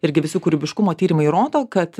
ir visi kūrybiškumo tyrimai rodo kad